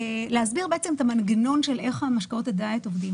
להסביר את המנגנון איך משקאות הדיאט עובדים.